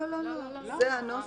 לא, לא, לא, זה הנוסח.